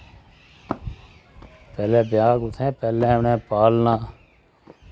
पैह्लैं ब्याह् कुत्थै पैह्लैं उ'नैं पालना